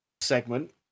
segment